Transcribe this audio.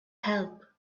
help